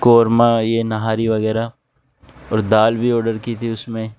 قورما یہ نہاری وغیرہ اور دال بھی آڈر کی تھی اس میں